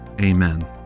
amen